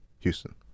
Houston